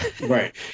Right